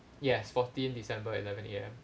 yes fourteenth december eleven A_M